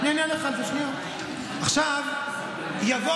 אני אענה לך.